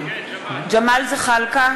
(קוראת בשמות חברי הכנסת) ג'מאל זחאלקה,